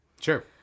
Sure